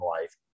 life